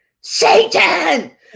Satan